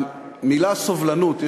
המילה סובלנות,